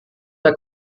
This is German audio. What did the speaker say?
der